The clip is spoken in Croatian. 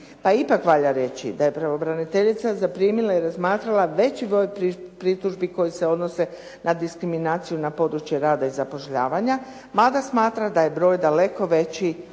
ipak valja reći da je pravobraniteljica zaprimila i razmatrala veći broj pritužbi koji se odnose na diskriminaciju na području rada i zapošljavanja, mada smatra da je broj daleko veći,